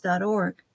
org